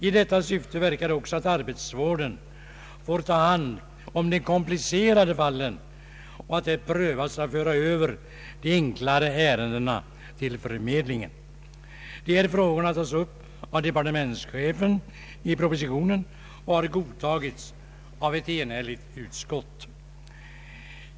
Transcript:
I detta syfte verkar också att arbetsvården får ta hand om de komplicerade fallen och att man prövar att föra över de enklare ärendena till förmedlingen. Dessa synpunkter tas upp av departementschefen i propositionen och har godtagits av ett enhälligt utskott.